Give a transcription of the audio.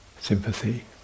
sympathy